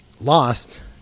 lost